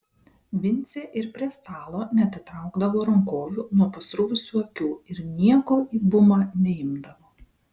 vincė ir prie stalo neatitraukdavo rankovių nuo pasruvusių akių ir nieko į bumą neimdavo